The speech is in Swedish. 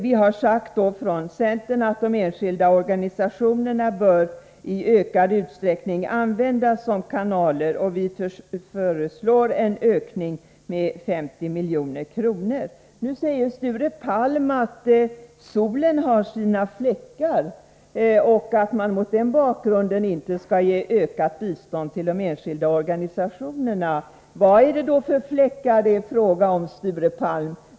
Vi har från centerns sida sagt att de enskilda organisationerna i ökad utsträckning bör användas som kanaler för biståndet. Vi föreslår därför en ökning med 50 milj.kr. Nu säger Sture Palm att solen har sina fläckar och att man mot den bakgrunden inte skall ge ökat bistånd till de enskilda organisationerna. Vad är det för fläckar det är fråga om, Sture Palm?